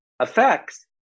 effects